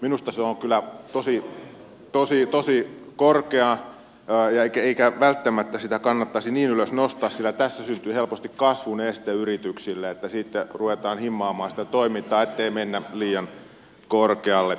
minusta se on kyllä tosi korkea eikä välttämättä sitä kannattaisi niin ylös nostaa sillä tässä syntyy helposti kasvun este yrityksille että sitten ruvetaan himmaamaan sitä toimintaa että ei mennä liian korkealle